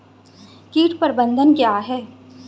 कीट प्रबंधन क्या है?